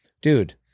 Dude